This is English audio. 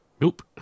Nope